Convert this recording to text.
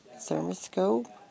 thermoscope